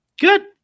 Good